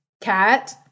cat